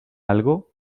algo